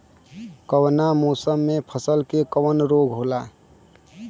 कवना मौसम मे फसल के कवन रोग होला?